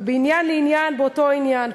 ומעניין לעניין באותו עניין,